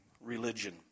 religion